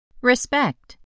Respect